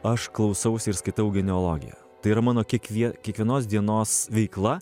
aš klausausi ir skaitau genealogiją tai yra mano kiekvie kiekvienos dienos veikla